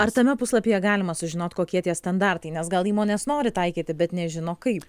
ar tame puslapyje galima sužinot kokie tie standartai nes gal įmonės nori taikyti bet nežino kaip